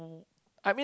I mean